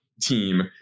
team